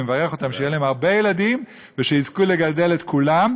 אני מברך אותם שיהיו להם הרבה ילדים ושיזכו לגדל את כולם,